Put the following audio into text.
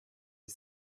est